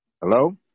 Hello